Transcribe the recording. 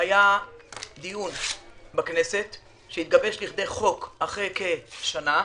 היה דיון בכנסת שהתגבש לכדי חוק אחרי כשנה.